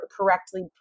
correctly